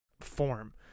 form